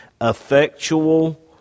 effectual